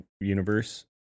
universe